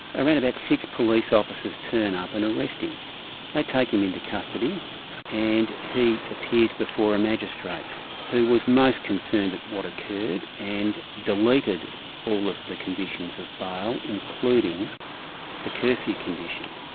around about six police officers turn up and arrest him. they like take him into custody and he appears before a magistrate who was most concerned at what occurred and deleted all of the conditions of bail, including the curfew condition,